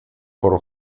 por